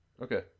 Okay